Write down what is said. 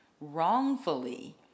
wrongfully